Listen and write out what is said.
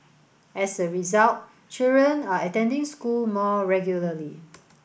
as a result children are attending school more regularly